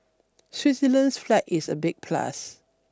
Switzerland's flag is a big plus